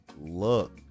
Look